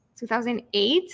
2008